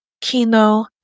Kino